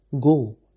Go